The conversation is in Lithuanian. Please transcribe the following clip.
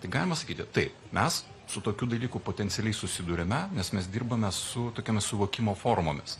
tai galima sakyti taip mes su tokiu dalyku potencialiai susiduriame nes mes dirbame su tokiomis suvokimo formomis